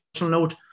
note